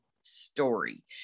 story